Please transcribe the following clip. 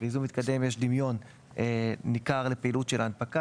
בייזום מתקדם יש דמיון ניכר לפעילות של הנפקה.